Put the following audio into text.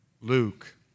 Luke